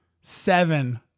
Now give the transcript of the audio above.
Seven